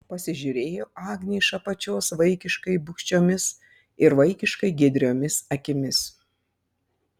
pasižiūrėjo agnė iš apačios vaikiškai bugščiomis ir vaikiškai giedriomis akimis